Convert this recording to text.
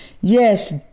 Yes